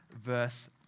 verse